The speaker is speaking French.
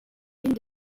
lune